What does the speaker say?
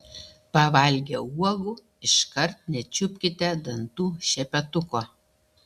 pavalgę uogų iškart nečiupkite dantų šepetuko